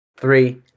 Three